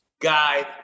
guy